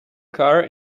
carr